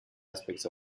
aspect